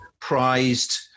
prized